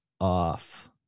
off